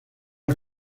las